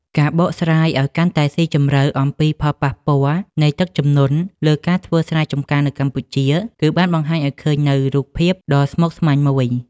ការបកស្រាយឱ្យកាន់តែស៊ីជម្រៅអំពីផលប៉ះពាល់នៃទឹកជំនន់លើការធ្វើស្រែចម្ការនៅកម្ពុជា គឺបានបង្ហាញឱ្យឃើញនូវរូបភាពដ៏ស្មុគស្មាញមួយ។